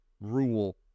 rule